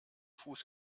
fuß